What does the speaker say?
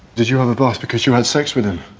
did you are the boss because you had sex with him